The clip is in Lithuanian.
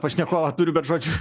pašnekovą turiu bet žodžiu